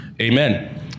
amen